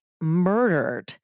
murdered